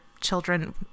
children